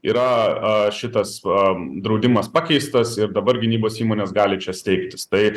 yra a šitas am draudimas pakeistas ir dabar gynybos įmonės gali čia steigtis tai